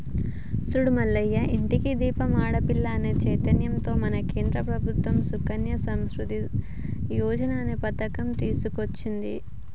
చూడు మల్లయ్య ఇంటికి దీపం ఆడపిల్ల అనే చైతన్యంతో మన కేంద్ర ప్రభుత్వం సుకన్య సమృద్ధి యోజన అనే పథకం తీసుకొచ్చింది